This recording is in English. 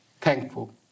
thankful